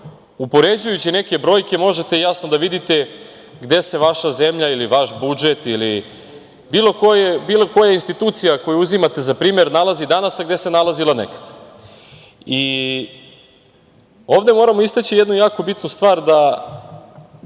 upoređujući neke brojke možete jasno da vidite gde se vaša zemlja ili vaš budžet, ili bilo koja institucija koju uzimate za primer nalazi danas, a gde se nalazila nekad. Ovde moramo istaći jednu jako bitnu stvar, da